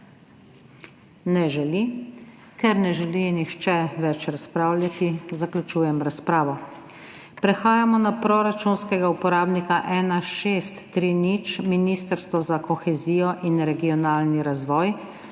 Ne želi. Ker ne želi nihče več razpravljati, zaključujem razpravo. Prehajamo na proračunskega uporabnika 1630 Ministrstvo za kohezijo in regionalni razvoj